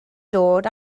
dod